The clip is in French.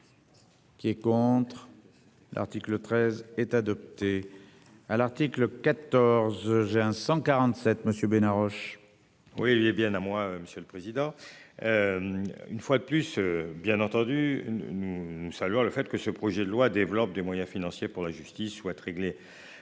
Qui est contre. L'article 13 est adopté à l'article 14. Juin 147, monsieur Bena Roche. Oui il est bien à moi. Monsieur le président. Une fois de plus, bien entendu. Nous saluons le fait que ce projet de loi développe des moyens financiers pour la justice souhaite régler